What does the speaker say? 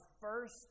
first